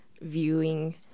viewing